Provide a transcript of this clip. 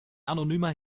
anonymer